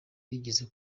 byigeze